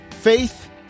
faith